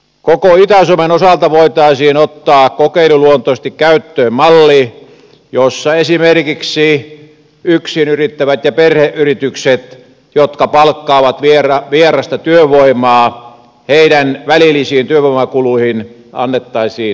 koko itä suomen osalta voitaisiin ottaa kokeiluluontoisesti käyttöön malli jossa esimerkiksi yksinyrittäjille ja perheyrityksille jotka palkkaavat vierasta työvoimaa annettaisiin helpotuksia heidän välillisiin työvoimakuluihinsa